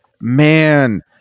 man